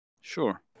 sure